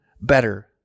better